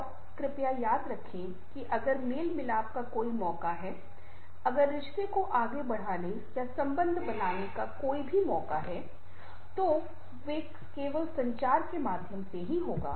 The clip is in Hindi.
और कृपया याद रखें कि अगर मेल मिलाप का कोई मौका है अगर रिश्ते को आगे बढ़ाने या संबंध बनाने का कोई भी मौका है जो वो केवल संचार के माध्यम से ही होगा